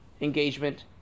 engagement